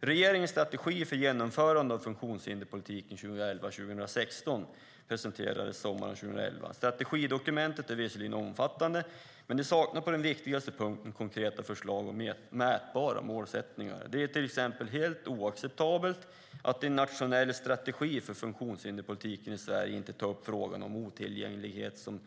Regeringens strategi för genomförande av funktionshinderspolitiken 2011-2016 presenterades sommaren 2011. Strategidokumentet är visserligen omfattande, men det saknar på de viktigaste punkterna konkreta förslag och mätbara målsättningar. Det är till exempel helt oacceptabelt att i en nationell strategi för funktionshinderspolitiken i Sverige inte ta upp frågan om otillgänglighet som